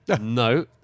No